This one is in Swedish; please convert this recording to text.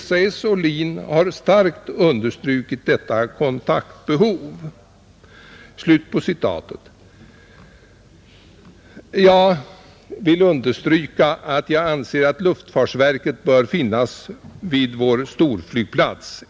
SAS och LIN har starkt understrukit detta kontaktbehov.” Jag vill understryka att jag anser att luftfartsverket bör finnas vid vår storflygplats.